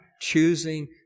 choosing